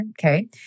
okay